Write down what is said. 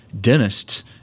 dentists